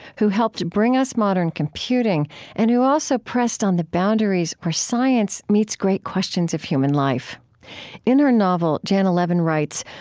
who helped bring us modern computing and who also pressed on the boundaries where science meets great questions of human life in her novel, janna levin writes,